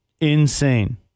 Insane